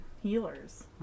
healers